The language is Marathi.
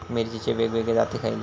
मिरचीचे वेगवेगळे जाती खयले?